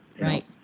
Right